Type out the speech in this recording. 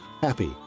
happy